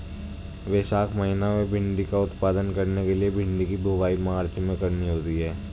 वैशाख महीना में भिण्डी का उत्पादन करने के लिए भिंडी की बुवाई मार्च में करनी होती है